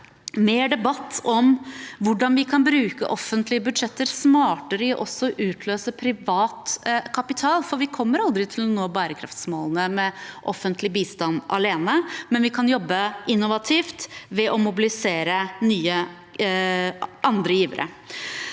mer debatt om hvordan vi kan bruke offentlige budsjetter smartere til også å utløse privat kapital, for vi kommer aldri til å nå bærekraftsmålene med offentlig bistand alene, men vi kan jobbe innovativt ved å mobilisere andre givere.